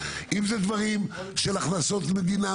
אם זה דברים של הכנסות מדינה